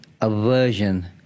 aversion